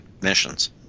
missions